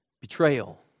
Betrayal